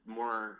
more